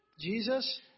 Jesus